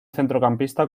centrocampista